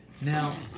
Now